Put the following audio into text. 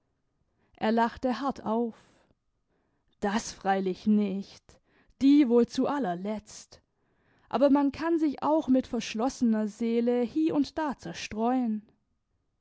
er lachte hart auf das freilich nicht die wohl zu allerletzt aber man kann sich auch mit verschlossener seele hie und da zerstreuen